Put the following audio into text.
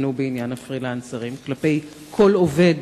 שניתנו בעניין הפרילנסרים כלפי כל עובד